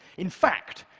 in fact,